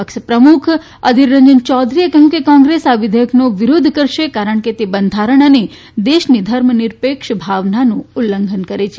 પક્ષ પ્રમુખ અધીર રંજન ચૌધરીએ કહ્યું કે કોંગ્રેસ આ વિધેયકનો વિરોધ કરશે કારણ કે તે બંધારણ અને દેશની ધર્મ નિરપેક્ષ ભાવનાનું ઉલ્લંઘન કરે છે